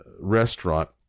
restaurant